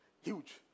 huge